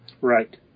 Right